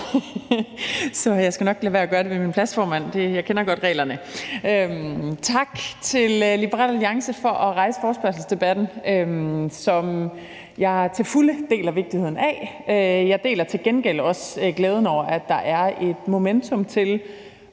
Jeg skal nok lade være at spise dem på min plads, formand; jeg kender godt reglerne. Tak til Liberal Alliance for at rejse forespørgselsdebatten, som jeg til fulde deler vigtigheden af. Jeg deler til gengæld også glæden over, at der er et momentum til